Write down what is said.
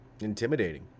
intimidating